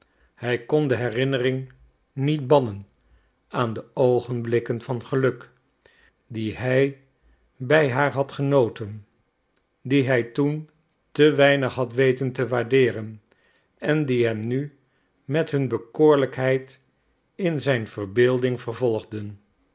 hij kon de herinnering niet bannen aan de oogenblikken van geluk die hij bij haar had genoten die hij toen te weinig had weten te waardeeren en die hem nu met hun bekoorlijkheid in zijn verbeelding vervolgden